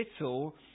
little